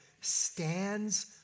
stands